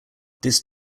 this